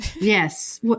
Yes